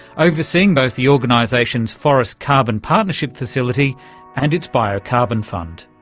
overseeing both the organisation's forest carbon partnership facility and its biocarbon fund.